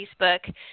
Facebook